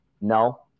No